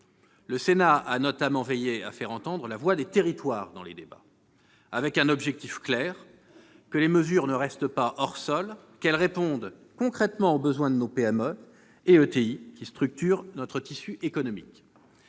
Le Sénat, notamment, a veillé à faire entendre la voix des territoires, avec un objectif clair : que les mesures ne restent pas hors-sol, mais répondent concrètement aux besoins des PME et ETI qui structurent notre tissu économique.